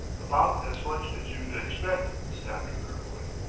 about as much as you'd expect, snapped kirkwood.